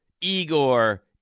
Igor